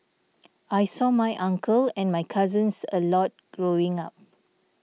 I saw my uncle and my cousins a lot growing up